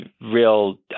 real